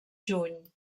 juny